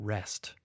Rest